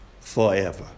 forever